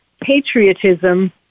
Patriotism